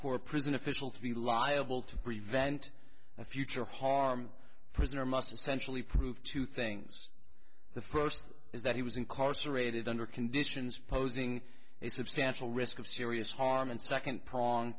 for a prison official to be liable to prevent a future harm prisoner must essentially prove two things the first is that he was incarcerated under conditions posing a substantial risk of serious harm and second prong